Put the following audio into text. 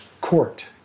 court